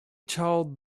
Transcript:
told